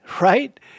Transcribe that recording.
right